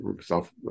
self